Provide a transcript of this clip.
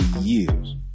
years